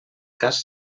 cas